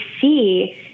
see